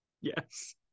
yes